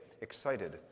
excited